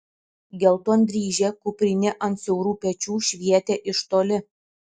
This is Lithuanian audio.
geltondryžė kuprinė ant siaurų pečių švietė iš toli